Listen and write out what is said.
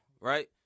right